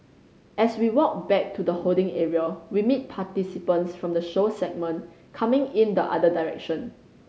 as we walk back to the holding area we meet participants from the show segment coming in the other direction